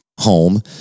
home